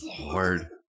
Lord